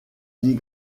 dit